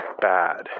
bad